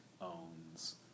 owns